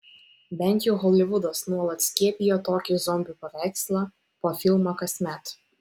bent jau holivudas nuolat skiepijo tokį zombių paveikslą po filmą kasmet